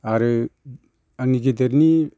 आरो आंनि गेदेरनि